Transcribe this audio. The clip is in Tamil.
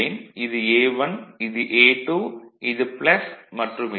இது A1 இது A2 இது மற்றும் இது